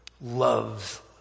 loves